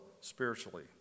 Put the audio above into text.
spiritually